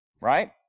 Right